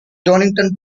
donington